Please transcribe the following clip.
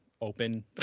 open